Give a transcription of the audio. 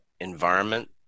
environment